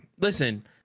listen